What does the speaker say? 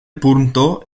punto